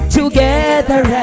together